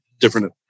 different